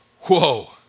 whoa